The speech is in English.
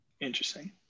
Interesting